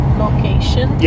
location